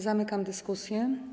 Zamykam dyskusję.